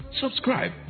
Subscribe